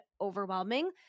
overwhelming